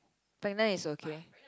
pregnant is okay